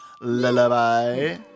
lullaby